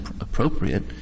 appropriate